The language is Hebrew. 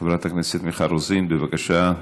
חברת הכנסת מיכל רוזין, בבקשה,